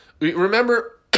Remember